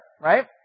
right